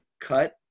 cut